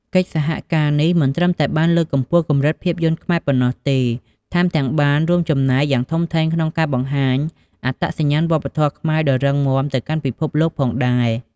កិច្ចសហការនេះមិនត្រឹមតែបានលើកកម្ពស់កម្រិតភាពយន្តខ្មែរប៉ុណ្ណោះទេ ថែមទាំងបានរួមចំណែកយ៉ាងធំធេងក្នុងការបង្ហាញអត្តសញ្ញាណវប្បធម៌ខ្មែរដ៏រឹងមាំទៅកាន់ពិភពលោកផងដែរ។